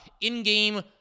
in-game